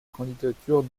candidature